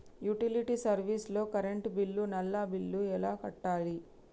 Utility service లో current bill, నల్లా bill ఎలా కట్టాలి?